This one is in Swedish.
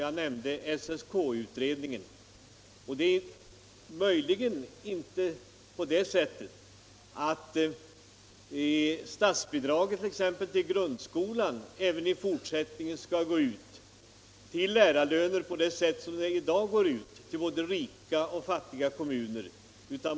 Jag nämnde t: ex. SSK utredningen. Det kan ju — för att ta ett exempel —- ifrågasättas om statsbidraget till grundskolan även i fortsättningen skall utgå på lärarlöner på samma sätt som i dag till alla kommuner.